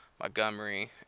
Montgomery